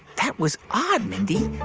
that was odd, mindy.